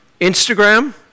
Instagram